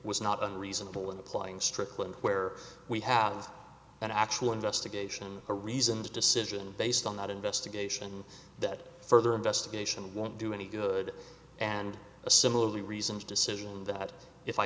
was not unreasonable in applying strickland where we have an actual investigation a reasoned decision based on that investigation that further investigation won't do any good and a similarly reasons decision that if i